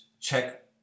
check